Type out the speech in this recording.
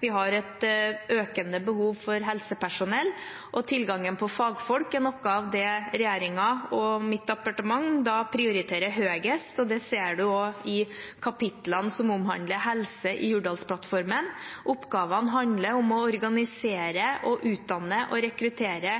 Vi har et økende behov for helsepersonell, og tilgangen på fagfolk er noe av det regjeringen og mitt departement prioriterer høyest. Det ser man også i kapitlene som omhandler helse i Hurdalsplattformen. Oppgavene handler om å organisere, utdanne og rekruttere